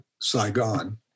Saigon